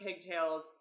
Pigtails